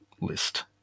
list